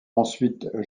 ensuite